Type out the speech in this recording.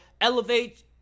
elevate